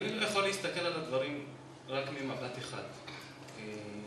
יכול להסתכל על הדברים רק ממבט אחד.